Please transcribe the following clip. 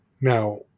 Now